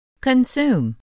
Consume